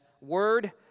Word